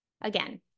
Again